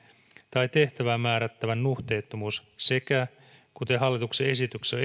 tai tehtävään määrättävän nuhteettomuus sekä kuten hallituksen esityksessä